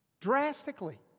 drastically